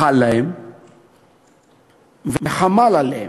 מחל להם וחמל עליהם.